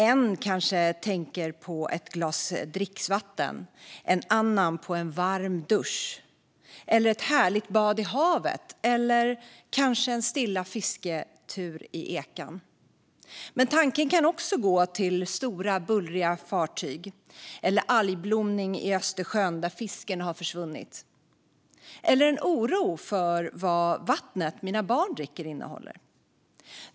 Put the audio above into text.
En kanske tänker på ett glas dricksvatten, en annan på en varm dusch och en tredje på ett härligt bad i havet eller en stilla fisketur i ekan. Tanken kan också gå till stora, bullriga fartyg eller till algblomning i Östersjön där fisken har försvunnit. Man kan också känna oro för vad vattnet ens barn dricker innehåller.